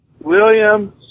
William